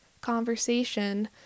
conversation